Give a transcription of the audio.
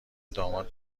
داماد